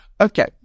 Okay